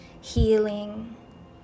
healing